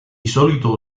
solito